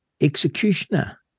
executioner